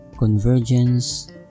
Convergence